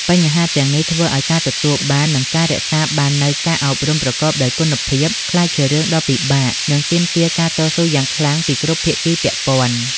បញ្ហាទាំងនេះធ្វើឱ្យការទទួលបាន និងរក្សាបាននូវការអប់រំប្រកបដោយគុណភាពក្លាយជារឿងដ៏ពិបាក និងទាមទារការតស៊ូយ៉ាងខ្លាំងពីគ្រប់ភាគីពាក់ព័ន្ធ។